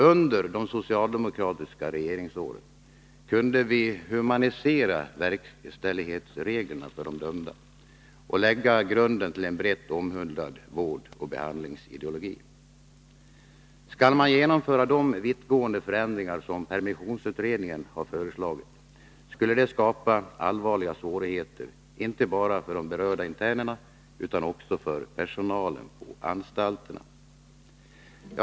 Under de socialdemokratiska regeringsåren kunde vi humanisera verkställighetsreglerna för de dömda och lägga grunden till en brett omhuldad vårdoch behandlingsideologi. Skulle man genomföra de vittgående förändringar som permissionsutredningen har föreslagit, skulle det skapa allvarliga svårigheter inte bara för de berörda internerna utan också för personalen på anstalterna.